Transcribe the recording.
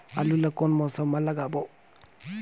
आलू ला कोन मौसम मा लगाबो?